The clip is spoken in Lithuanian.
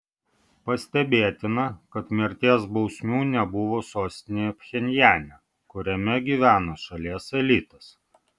pastebėtina kad mirties bausmių nebuvo sostinėje pchenjane kuriame gyvena šalies elitas